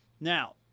Now